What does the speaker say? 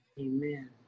amen